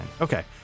Okay